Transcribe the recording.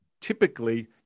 Typically